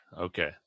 okay